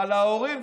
אבל להורים,